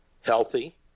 healthy